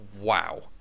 wow